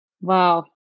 Wow